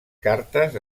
cartes